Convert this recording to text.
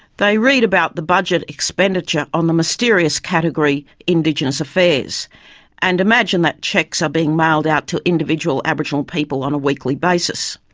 they read about the budget expenditure on the mysterious category indigenous affairs, and imagine that cheques are being mailed out to individual aboriginal people on a weekly basis.